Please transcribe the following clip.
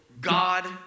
God